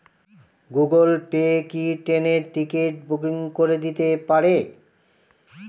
Google Pay কি ট্রেনের ticket booking করে দিতে পারে?